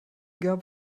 gab